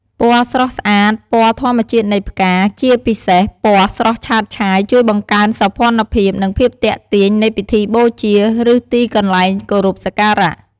ពណ៌ស្រស់ស្អាត ពណ៌ធម្មជាតិនៃផ្កា ជាពិសេសពណ៌ស្រស់ឆើតឆាយ ជួយបង្កើនសោភ័ណភាព និងភាពទាក់ទាញនៃពិធីបូជា ឬទីកន្លែងគោរពសក្ការៈ។